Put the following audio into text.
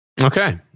Okay